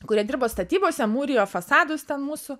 kurie dirbo statybose mūrijo fasadus ten mūsų